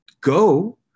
go